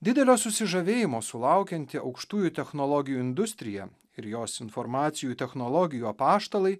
didelio susižavėjimo sulaukianti aukštųjų technologijų industrija ir jos informacijų technologijų apaštalai